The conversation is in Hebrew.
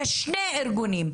יש שני ארגונים,